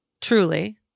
truly